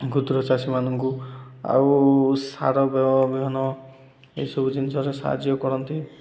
କ୍ଷୁଦ୍ର ଚାଷୀମାନଙ୍କୁ ଆଉ ସାର ବିହନ ଏସବୁ ଜିନିଷରେ ସାହାଯ୍ୟ କରନ୍ତି